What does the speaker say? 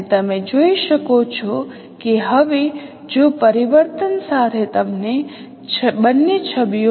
હવે તમે જોઈ શકો છો કે આ 3 ક્રોસ 3 મેટ્રિક્સ પણ છે અને રૂપાંતર પછી તમને આ મેટ્રિક્સ મળે છે તે પરિવર્તિત મેટ્રિક્સ છે તમે આ એક મેળવો